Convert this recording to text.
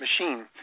machine